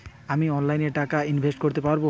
আমি অনলাইনে টাকা ইনভেস্ট করতে পারবো?